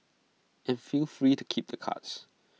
and feel free to keep the cards